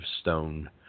stone